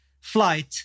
flight